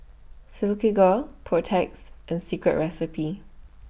Silkygirl Protex and Secret Recipe